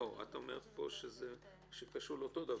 את אומרת פה שזה קשור לאותו דבר.